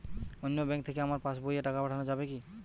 অন্য ব্যাঙ্ক থেকে আমার পাশবইয়ে টাকা পাঠানো যাবে কি?